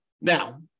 Now